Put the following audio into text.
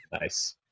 Nice